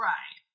Right